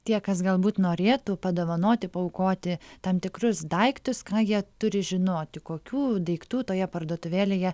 tie kas galbūt norėtų padovanoti paaukoti tam tikrus daiktus ką jie turi žinoti kokių daiktų toje parduotuvėlėje